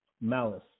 malice